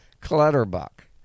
Clutterbuck